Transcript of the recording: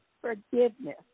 forgiveness